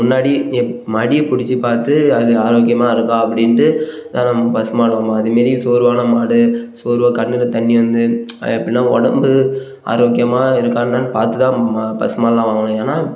முன்னாடி எப் மடியை பிடிச்சி பார்த்து அது ஆரோக்கியமாக இருக்கா அப்படின்ட்டு தான் நம்ம பசு மாடு வாங்குவோம் அது மாரி சோர்வான மாடு சோர்வு கண்ணில் தண்ணி வந்து எப்படின்னா உடம்பு ஆரோக்கியமாக இருக்கா என்னென்னு பார்த்து தான் ம பசு மாடுலாம் வாங்கணும் ஏன்னா